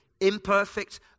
imperfect